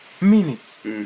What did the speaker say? minutes